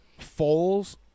Foles